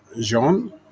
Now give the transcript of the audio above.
Jean